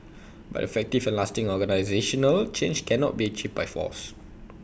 but effective and lasting organisational change cannot be achieved by force